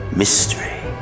mystery